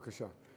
בבקשה.